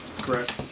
correct